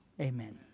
Amen